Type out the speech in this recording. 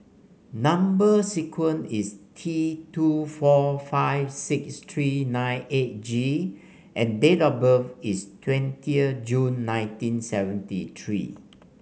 number sequence is T two four five six three nine eight G and date of birth is twenty June nineteen seventy three